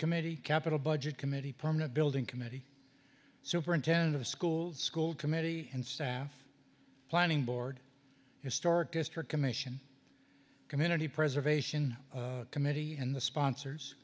committee capital budget committee permanent building committee superintendent of schools school committee and staff planning board historic district commission community preservation committee and the sponsors